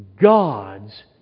God's